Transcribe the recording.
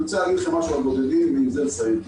אני רוצה להגיד משהו על בודדים ועם זה לסיים.